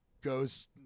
goes